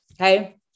okay